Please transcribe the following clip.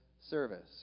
service